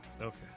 Okay